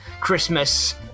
Christmas